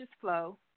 Flow